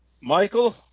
Michael